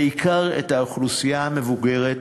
בעיקר את האוכלוסייה המבוגרת,